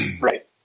Right